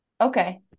Okay